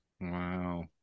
Wow